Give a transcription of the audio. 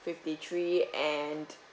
fifty three and